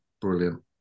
brilliant